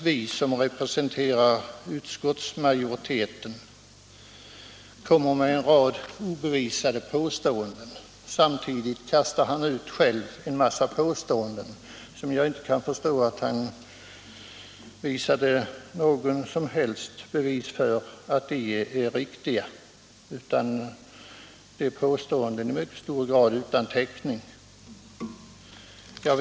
Vi som representerar utskottsmajoriteten kommer med en rad obevisade påståenden, menar utskottets ordförande. Samtidigt kastar han själv ut en massa påståenden utan att, efter vad jag förstår, kunna prestera några som helst bevis för att de är riktiga. I mycket hög grad är hans påståenden utan täckning. Herr talman!